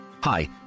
Hi